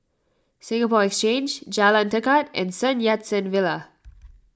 Singapore Exchange Jalan Tekad and Sun Yat Sen Villa